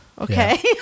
Okay